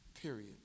period